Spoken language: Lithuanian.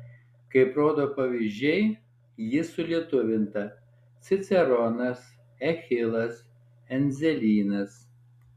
kaip rodo pavyzdžiai ji sulietuvinta ciceronas eschilas endzelynas